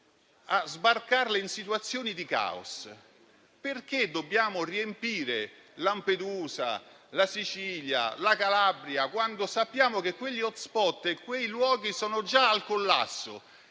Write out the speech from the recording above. sbarcandole in situazioni di caos? Perché dobbiamo riempire Lampedusa, la Sicilia, la Calabria, quando sappiamo che quegli *hot spot* e quei luoghi sono già al collasso